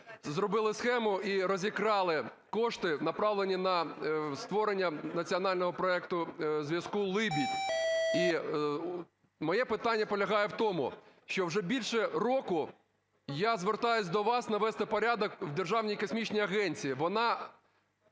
зробили схему і розікрали кошти, направлені на створення національного проекту зв'язку "Либідь". І моє питання полягає в тому, що вже більше року я звертаюся до вас навести порядок в Державній космічній агенції.